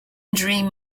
dream